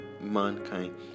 mankind